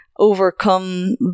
overcome